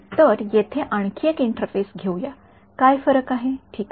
विद्यार्थीः तर येथे आणखी एक इंटरफेस घेऊया काय फरक आहे ठीक आहे